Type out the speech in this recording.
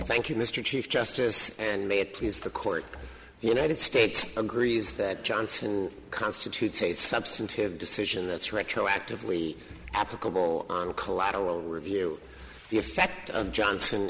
thank you mr chief justice and may it please the court united states agrees that johnson constitutes a substantive decision that's retroactively applicable on collateral review the effect on johnson